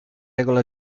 regola